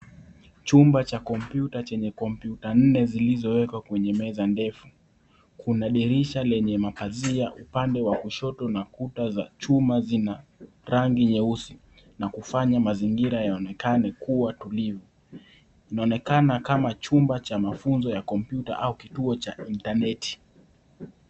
Chumba cha kompyuta chenye kompyuta nne zilizowekwa kwenye meza ndefu. Kuna dirisha lenye mapazia upande wa kushoto na chuma zina rangi nyeusi na kufanya mazingira yaonekane kuwa tulivu. Inaonekana kama chumba cha mafunzo ya kompyuta au kituo cha intaneti.